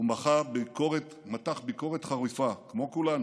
הוא מתח ביקורת חריפה, כמו כולנו,